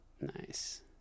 Nice